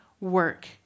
work